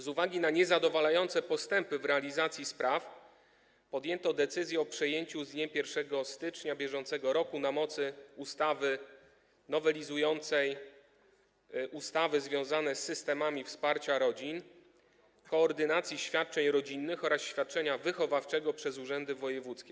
Z uwagi na niezadowalające postępy w realizacji spraw podjęto decyzję o przejęciu z dniem 1 stycznia br. na mocy ustawy nowelizującej ustawy związane z systemami wsparcia rodzin koordynacji świadczeń rodzinnych oraz świadczenia wychowawczego przez urzędy wojewódzkie.